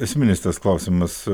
esminis tas klausimas